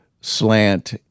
slant